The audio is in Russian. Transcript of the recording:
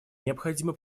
необходимо